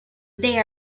they